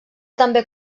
també